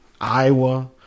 Iowa